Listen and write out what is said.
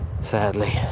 sadly